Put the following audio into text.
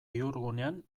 bihurgunean